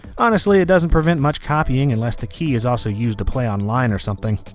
honestly, it doesn't prevent much copying, unless the key is also used to play online or something.